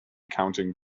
counting